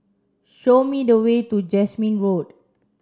show me the way to Jasmine Road